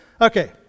Okay